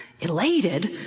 Elated